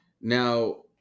Now –